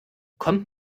kommt